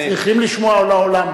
צריכים לשמוע לעולם,